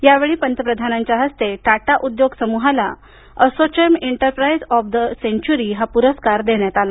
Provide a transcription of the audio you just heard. यावेळी पंतप्रधानांच्या हस्ते टाटा उद्योग समूहाला ASSOCHAM enterprise of the century हा पुरस्कार देण्यात आला